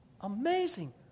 Amazing